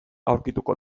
aurkituko